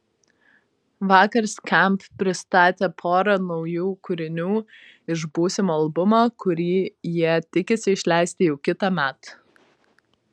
vakar skamp pristatė porą naujų kūrinių iš būsimo albumo kurį jie tikisi išleisti jau kitąmet